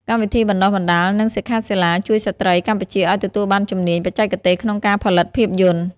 កម្មវិធីបណ្តុះបណ្តាល និងសិក្ខាសាលាជួយស្ត្រីកម្ពុជាឱ្យទទួលបានជំនាញបច្ចេកទេសក្នុងការផលិតភាពយន្ត។